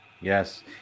Yes